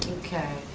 okay,